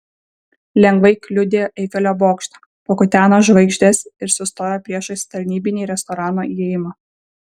lengvai kliudė eifelio bokštą pakuteno žvaigždes ir sustojo priešais tarnybinį restorano įėjimą